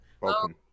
Welcome